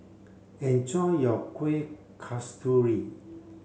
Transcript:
enjoy your Kueh Kasturi